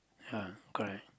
yeah correct